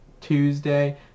Tuesday